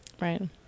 Right